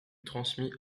transmis